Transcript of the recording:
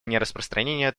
нераспространения